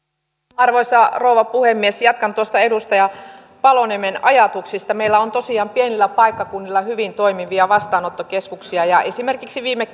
arvoisa rouva puhemies jatkan tuosta edustaja paloniemen ajatuksesta meillä on tosiaan pienillä paikkakunnilla hyvin toimivia vastaanottokeskuksia esimerkiksi kun viime